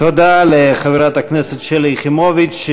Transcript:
תודה לחברת הכנסת שלי יחימוביץ.